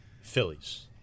Phillies